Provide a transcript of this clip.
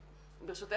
חשבנו.